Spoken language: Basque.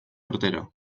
urtero